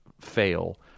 fail